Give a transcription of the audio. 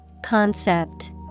Concept